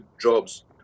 jobs